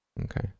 Okay